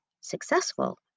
successful